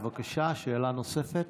בבקשה, שאלה נוספת.